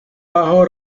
bajo